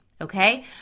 Okay